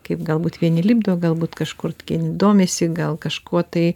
kaip galbūt vieni lipdo galbūt kažkur ke domisi gal kažkuo tai